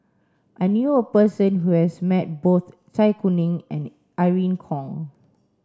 I knew a person who has met both Zai Kuning and Irene Khong